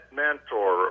mentor